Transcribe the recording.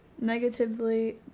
Negatively